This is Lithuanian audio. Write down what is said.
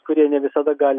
kurie ne visada gali